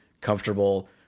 comfortable